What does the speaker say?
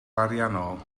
ariannol